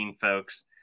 folks